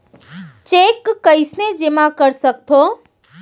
Cheque कईसने जेमा कर सकथो?